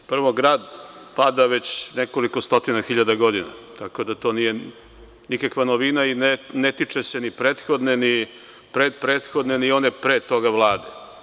Prvo, grad pada već nekoliko stotina hiljada godina, tako da to nije nikakva novina i ne tiče se ni prethodne, ni pre prethodne, ni one pre toga Vlade.